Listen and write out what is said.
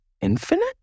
infinite